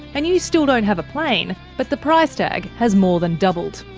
and you still don't have a plane, but the price tag has more than doubled.